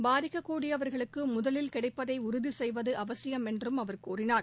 பாதிக்கக்கூடியவர்களுக்கு முதலில் கிடைப்பதை உறுதி செய்வது அவசியம் என்றும் அவர் கூறினார்